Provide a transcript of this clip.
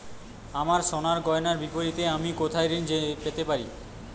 আমার সোনার গয়নার বিপরীতে আমি কোথায় ঋণ পেতে পারি?